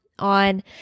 On